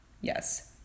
yes